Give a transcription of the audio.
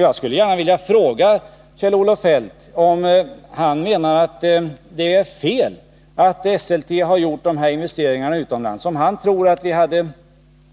Jag skulle gärna vilja fråga Kjell-Olof Feldt om han menar att det är fel att Esselte har gjort de här investeringarna utomlands och om han tror att vi hade